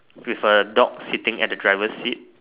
with a dog sitting at the driver's seat